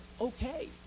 okay